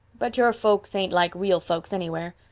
but your folks ain't like real folks anywhere.